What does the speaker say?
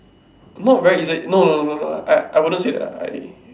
not very easily no no no no I I wouldn't say that I